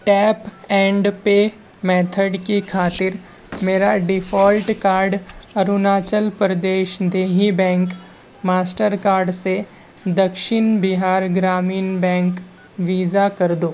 tape and pay method کی خاطر میرا ڈیفالٹ کارڈ اروناچل پردیش دیہی بینک ماسٹر کارڈ سے دکچھن بہار گرامین بینک ویزا کر دو